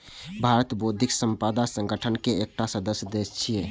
भारत बौद्धिक संपदा संगठन के एकटा सदस्य देश छियै